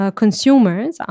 consumers